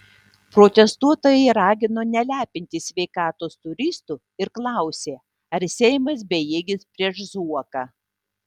protestuotojai ragino nelepinti sveikatos turistų ir klausė ar seimas bejėgis prieš zuoką